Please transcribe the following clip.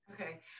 Okay